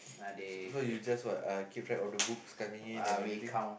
so you you just what keep track of the books coming in and everything